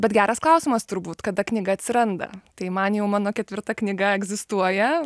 bet geras klausimas turbūt kada knyga atsiranda tai man jau mano ketvirta knyga egzistuoja